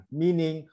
meaning